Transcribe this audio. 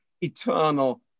eternal